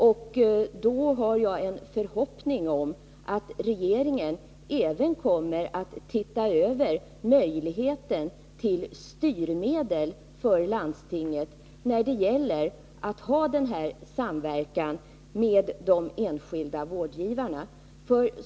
Jag har en förhoppning om att regeringen även kommer att se över möjligheten att ge landstingen styrmedel i denna samverkan med de enskilda vårdgivarna.